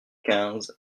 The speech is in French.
quinze